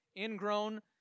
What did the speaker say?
ingrown